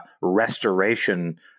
restoration